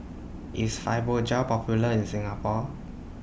IS Fibogel Popular in Singapore